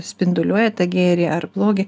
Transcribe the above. spinduliuoja tą gėrį ar blogį